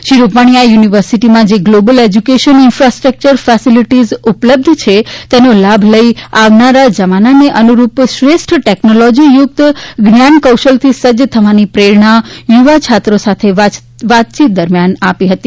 શ્રી વિજયભાઇ રૂપાણીએ આ યુનિવર્સિટીમાં જે ગ્લોબલ એજ્યુકેશન ઇન્ફાસ્ટ્રકચર ફેસેલીટીઝ ઉપલબ્ધ છે તેનો લાભ લઇને આવનારા જમાનાને અનુરૂપ શ્રેષ્ઠ ટેકનોલોજીયુકત જ્ઞાન કૌશલ્યથી સજ્જ થવાની પ્રેરણા યુવાછાત્રો સાથે વાતચીત દરમ્યાન આપી હતી